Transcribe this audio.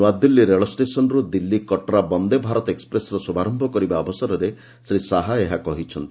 ନୂଆଦିଲ୍ଲୀ ରେଳ ଷ୍ଟେସନ୍ରୁ ଦିଲ୍ଲୀ କଟ୍ରା ବନ୍ଦେ ଭାରତ ଏକ୍ୱପ୍ରେସ୍ର ଶୁଭାରମ୍ଭ କରିବା ଅବସରରେ ଶ୍ରୀ ଶାହା ଏହା କହିଛନ୍ତି